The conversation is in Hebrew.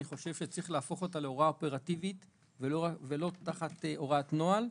אני חושב שצריך להפוך להוראה אופרטיבית ולא תחת הוראת נוהל,